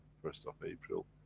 first of april.